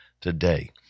today